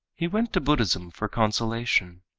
he went to buddhism for consolation.